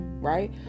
right